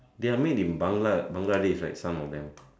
their made in Bangla~ Bangladesh right some of them